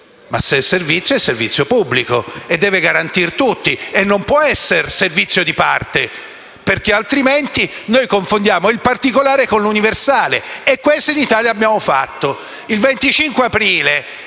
Se però è servizio, è servizio pubblico e deve garantire tutti e non può essere servizio di parte, perché altrimenti confondiamo il particolare con l'universale e questo è quanto abbiamo fatto in Italia.